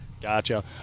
Gotcha